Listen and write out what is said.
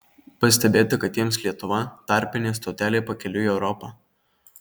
pastebėta kad jiems lietuva tarpinė stotelė pakeliui į europą